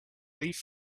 leaf